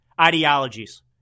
ideologies